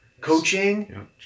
coaching